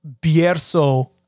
Bierzo